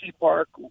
Park